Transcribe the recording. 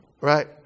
Right